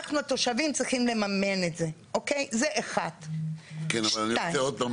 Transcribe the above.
אבל אני רוצה למכור וללכת לבית אבות,